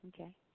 Okay